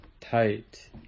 tight